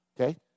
Okay